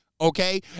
okay